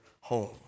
home